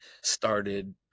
started